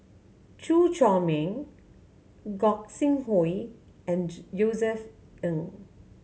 Chew Chor Meng Gog Sing Hooi and Josef Ng